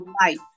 life